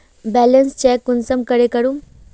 Balance check कुंसम करे करूम?